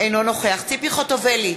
אינו נוכח ציפי חוטובלי,